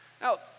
Now